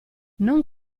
non